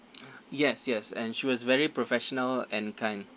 yes yes and she was very professional and kind